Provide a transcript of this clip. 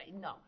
no